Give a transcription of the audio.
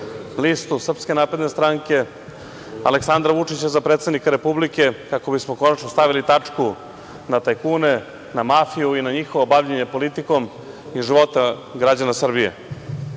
listu Srpske napredne stranke, Aleksandra Vučića za predsednika Republike, kako bismo konačno stavili tačku na tajkune, na mafiju i na njihovo bavljenje politikom i života građana Srbije. To